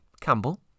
Campbell